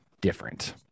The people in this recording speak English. different